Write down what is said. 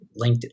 LinkedIn